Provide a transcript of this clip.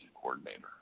coordinator